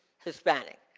hispanic.